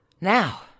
Now